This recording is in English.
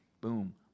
boom